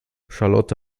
charlotte